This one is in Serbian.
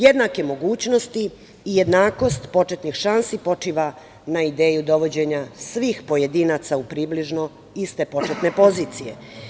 Jednake mogućnosti i jednakost početnih šansi počiva na ideji dovođenja svih pojedinaca u približno iste početne pozicije.